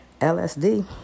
LSD